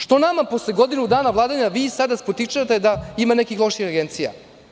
Što nama posle godinu dana vladanja spočitavate da imanekih loših agencija?